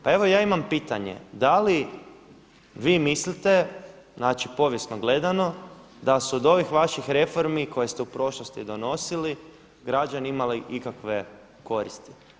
Pa evo ja imam pitanje, da li vi mislite znači povijesno gledano da se od ovih vaših reformi koje ste u prošlosti donosili građani imali ikakve koristi?